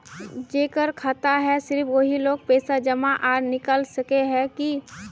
जेकर खाता है सिर्फ वही लोग पैसा जमा आर निकाल सके है की?